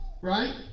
Right